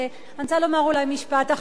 אני רוצה לומר אולי משפט אחרון,